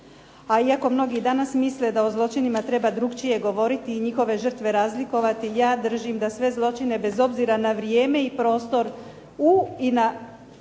A iako mnogi danas misle da o zločinima treba drukčije govoriti i njihove žrtve razlikovati ja držim da sve zločine bez obzira na vrijeme i prostor u i na